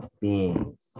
beings